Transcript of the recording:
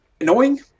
annoying